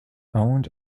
owned